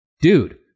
dude